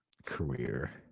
career